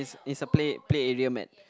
is is a play play area mat